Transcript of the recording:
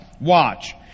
Watch